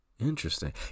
Interesting